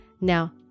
Now